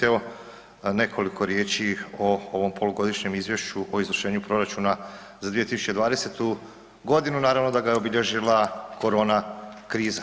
Evo nekoliko riječi o ovom polugodišnjem izvješću o izvršenju proračuna za 2020. g., naravno da ga je obilježila korona kriza.